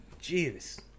Jesus